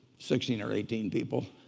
sixteen or eighteen people,